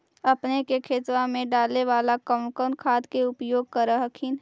अपने के खेतबा मे डाले बाला कौन कौन खाद के उपयोग कर हखिन?